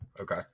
Okay